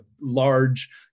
large